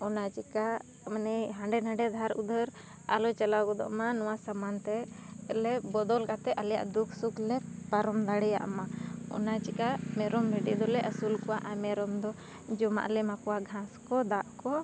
ᱚᱱᱟ ᱪᱤᱠᱟᱹ ᱢᱟᱱᱮ ᱦᱟᱸᱰᱮ ᱱᱟᱰᱮ ᱫᱷᱟᱨ ᱩᱫᱷᱟᱹᱨ ᱟᱞᱚ ᱪᱟᱞᱟᱣ ᱜᱚᱫᱚᱜ ᱢᱟ ᱱᱚᱣᱟ ᱥᱟᱢᱟᱱ ᱛᱮ ᱟᱞᱮ ᱵᱚᱫᱚᱞ ᱠᱟᱛᱮᱫ ᱟᱞᱮᱭᱟᱜ ᱫᱩᱠ ᱥᱩᱠ ᱞᱮ ᱯᱟᱨᱚᱢ ᱫᱟᱲᱮᱭᱟᱜ ᱢᱟ ᱚᱱᱟ ᱪᱤᱠᱟᱹ ᱢᱮᱨᱚᱢ ᱵᱷᱤᱰᱤ ᱫᱚᱞᱮ ᱟᱹᱥᱩᱞ ᱠᱚᱣᱟ ᱟᱨ ᱢᱮᱨᱚᱢ ᱫᱚ ᱡᱚᱢᱟᱜ ᱞᱮ ᱮᱢᱟ ᱠᱚᱣᱟ ᱜᱷᱟᱸᱥ ᱠᱚ ᱫᱟᱜ ᱠᱚ